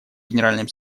генеральным